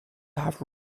have